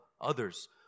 others